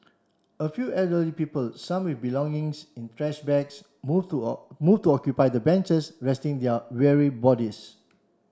a few elderly people some with belongings in trash bags move to move to occupy the benches resting their weary bodies